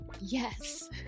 yes